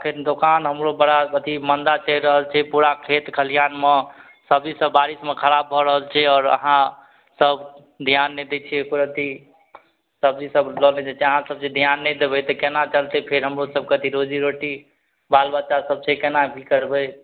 एखन दोकान हमरो बड़ा अथी मन्दा चलि रहल छै पूरा खेत खलिहानमे सब्जी सब बारिशमे खराब भए रहल छै आओर अहाँ सब ध्यान नहि दै छियै एको रती सब्जी सब लए लएके जाइ छियै अहाँ सब जे ध्यान नहि देबय तऽ केना चलते फेर हमरो सबके अथी रोजी रोटी बाल बच्चा सब छै केना की करबय